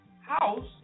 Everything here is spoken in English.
house